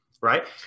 right